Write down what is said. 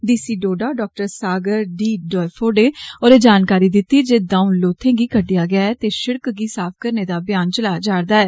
D C Doda doctor Sagar डी डायफोडे होरें जानकारी दिती जे दौंऊ लौथें गी कडेआ गेआ ऐ ते सिड़क गी साफ करने दा अमियान चलाया जार'दा ऐ